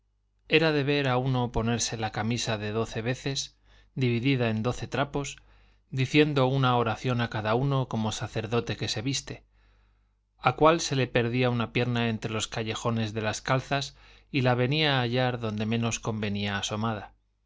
era de ver a uno ponerse la camisa de doce veces dividida en doce trapos diciendo una oración a cada uno como sacerdote que se viste a cuál se le perdía una pierna en los callejones de las calzas y la venía a hallar donde menos convenía asomada